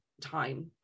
time